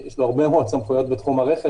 יש לו הרבה מאוד סמכויות בתחום הרכש,